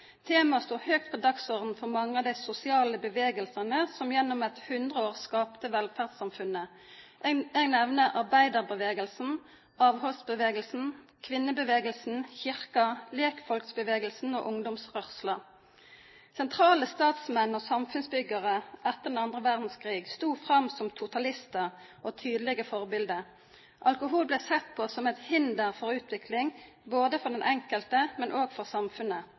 Temaet sto høyt på dagsordenen for mange av de sosiale bevegelsene som gjennom et hundreår skapte velferdssamfunnet. Jeg nevner arbeiderbevegelsen, avholdsbevegelsen, kvinnebevegelsen, Kirken, lekfolksbevegelsen og ungdomsrørsla. Sentrale statsmenn og samfunnsbyggere etter annen verdenskrig sto fram som totalister og tydelige forbilder. Alkohol ble sett på som et hinder for utvikling, både for den enkelte og for samfunnet.